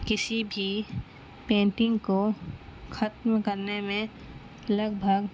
کسی بھی پینٹنگ کو ختم کرنے میں لگ بھگ